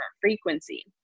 frequency